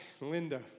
Linda